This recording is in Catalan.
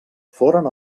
foren